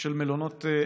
של מלונות קטנים.